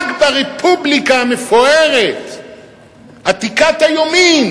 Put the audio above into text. רק ברפובליקה המפוארת עתיקת היומין